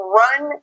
run